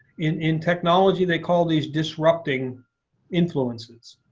in in technology they call these disrupting influences.